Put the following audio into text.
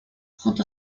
junto